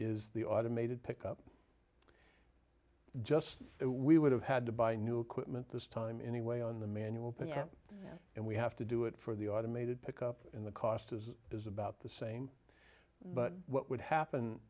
is the automated pickup just we would have had to buy new equipment this time anyway on the manual page and we have to do it for the automated pickup in the cost as it is about the same but what would happen